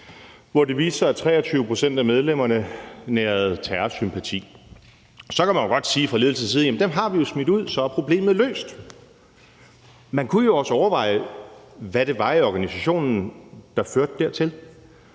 hvor det viste sig, at 23 pct. af medlemmerne nærede terrorsympati, så kan man jo godt sige fra ledelsens side: Jamen dem har vi jo smidt ud, så problemet er løst. Men man kunne jo også overveje, hvad det var i organisationen, der førte dertil,